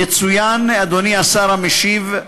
יצוין, אדוני השר המשיב,